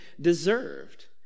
deserved